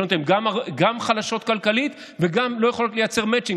הרשויות הן גם חלשות כלכלית וגם לא יכולות לייצר מצ'ינג,